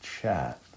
chat